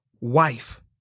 wife